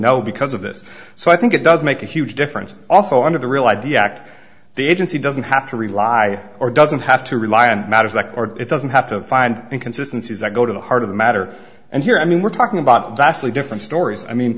know because of this so i think it does make a huge difference also under the real i d act the agency doesn't have to rely or doesn't have to rely on matters like or it doesn't have to find inconsistencies that go to the heart of the matter and here i mean we're talking about vastly different stories i mean